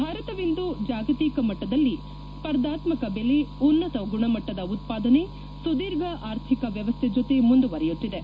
ಭಾರತವಿಂದು ಜಾಗತಿಕ ಮಟ್ಟದಲ್ಲಿ ಸ್ಪರ್ಧಾತ್ಕಕ ಬೆಲೆ ಉನ್ನತ ಗುಣಮಟ್ಟದ ಉತ್ಪಾದನೆ ಸುದೀರ್ಘ ಆರ್ಥಿಕ ವ್ವವಸ್ಥೆ ಜೊತೆ ಮುಂದುವರೆಯುತ್ತಿದೆ